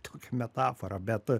tokia metafora bet